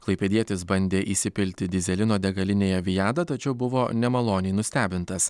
klaipėdietis bandė įsipilti dyzelino degalinėje vijada tačiau buvo nemaloniai nustebintas